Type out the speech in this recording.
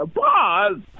pause